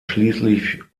schließlich